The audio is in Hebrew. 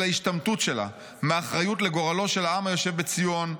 ההשתמטות שלה מאחריות לגורלו של העם היושב בציון,